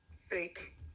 fake